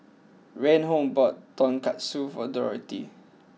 Reinhold bought Tonkatsu for Dorathy